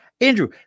Andrew